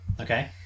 okay